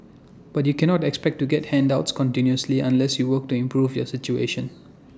but you cannot expect to get handouts continuously unless you work to improve your situation